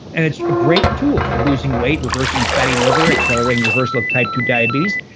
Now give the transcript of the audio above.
and it's a great tool for losing weight, reversing fatty liver, accelerating reversal of type two diabetes.